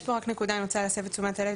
יש פה רק נקודה, אני רוצה להסב את תשומת הלב.